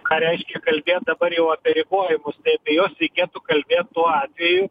ką reiškia kalbėt dabar jau apie ribojamus apie juos reikėtų kalbėt tuo atveju